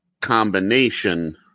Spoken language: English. combination